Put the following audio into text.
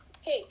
Hey